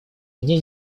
мне